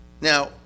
Now